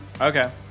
Okay